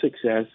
success